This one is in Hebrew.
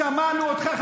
שמענו אותך,